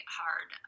hard